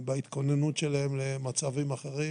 בהתכוננות שלהם למצבים אחרים.